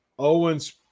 Owens